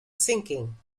sinking